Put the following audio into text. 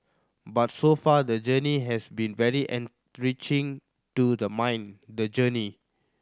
but so far the journey has been very enriching to the mind the journey